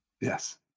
Yes